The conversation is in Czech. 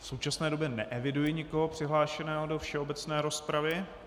V současné době neeviduji nikoho přihlášeného do všeobecné rozpravy.